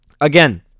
again